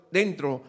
dentro